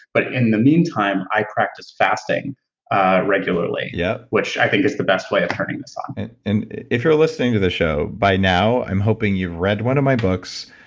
but in the meantime, i practice fasting ah regularly yeah which i think is the best way of turning this off and if you're listening to the show, by now i'm hoping you've read one of my books,